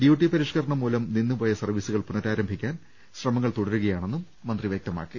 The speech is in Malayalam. ഡ്യൂട്ടി പരിഷ്ക്കരണം മൂലം നിന്നുപോയ സർവീസുകൾ പുന രാരംഭിക്കാൻ ശ്രമങ്ങൾ തുടരുകയാണെന്നും മന്ത്രി വ്യക്തമാക്കി